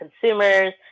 consumers